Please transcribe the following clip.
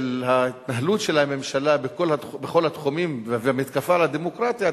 של ההתנהלות של הממשלה בכל התחומים והמתקפה על הדמוקרטיה,